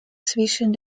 zwischen